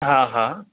हा हा